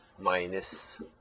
minus